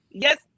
Yes